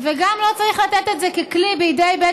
וגם לא צריך לתת את זה ככלי בידי בית